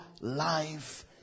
life